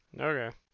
Okay